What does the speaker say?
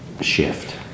shift